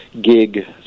gig